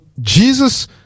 Jesus